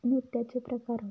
नृत्याचे प्रकार होते